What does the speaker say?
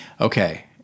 okay